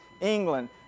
England